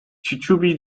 chichibu